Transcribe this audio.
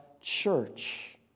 church